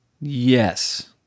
Yes